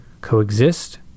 coexist